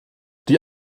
die